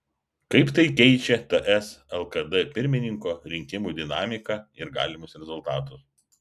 kaip tai keičia ts lkd pirmininko rinkimų dinamiką ir galimus rezultatus